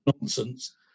nonsense